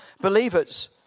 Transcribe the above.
believers